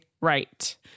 right